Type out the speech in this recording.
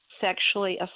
sexually